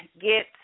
get